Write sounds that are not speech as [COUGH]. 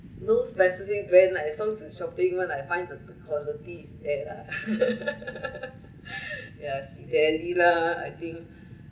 no specific brands lah as long as I shopping [one] I find the quality is there lah [LAUGHS] yeah Cedele lah I think